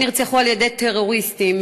הם נרצחו על-ידי טרוריסטים,